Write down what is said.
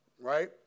Right